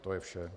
To je vše.